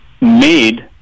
made